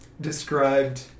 described